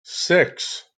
six